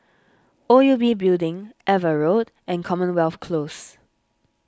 O U B Building Ava Road and Commonwealth Close